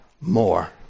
more